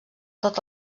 tots